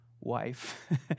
wife